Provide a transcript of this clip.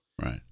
Right